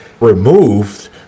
removed